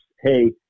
hey